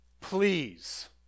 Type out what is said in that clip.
please